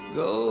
go